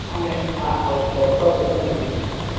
அந்த ah okay oh okay thank you thank you sir thank you